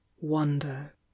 wonder